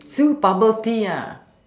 still bubble tea ah